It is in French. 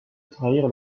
trahir